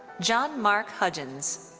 john mark hudgins.